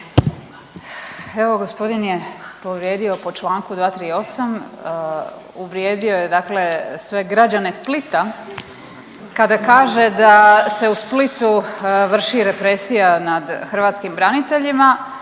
Evo gospodin je povrijedio po Članku 238., uvrijedio je dakle sve građane Splita kada kaže da se u Splitu vrši represija nad hrvatskim braniteljima